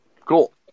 Cool